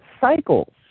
cycles